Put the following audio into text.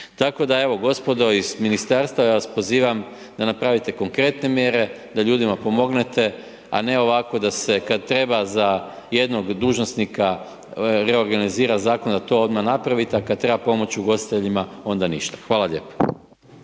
Tako da evo, gospodo iz ministarstva ja vas pozivam da napravite konkretne mjere da ljudima pomognete, a ne ovako da se kad treba za jednog dužnosnika reorganizira zakon da to odmah napravite, a kad treba pomoć ugostiteljima onda ništa. Hvala lijepo.